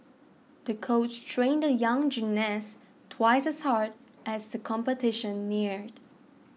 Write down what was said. the coach trained the young gymnast twice as hard as the competition neared